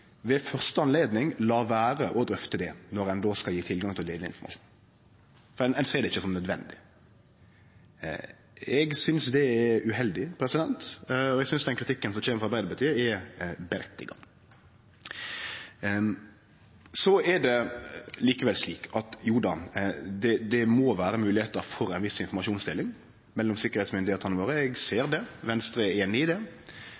ved første anledning lèt vere å drøfte det når ein då skal gje tilgang til å dele informasjon. Ein ser ikkje det som nødvendig. Eg synest det er uheldig, og eg synest den kritikken som kjem frå Arbeiderpartiet, er rimeleg. Det er likevel slik at det må vere moglegheiter for ein viss informasjonsdeling mellom sikkerheitsmyndigheitene våre. Eg ser det, Venstre er einig i det,